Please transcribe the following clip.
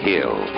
Hill